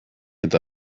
eta